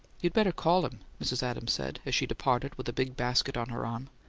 you had better call him, mrs. adams said, as she departed with a big basket on her arm.